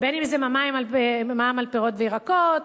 בין שזה מע"מ על פירות וירקות,